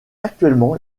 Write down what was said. actuellement